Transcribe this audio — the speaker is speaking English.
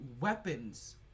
weapons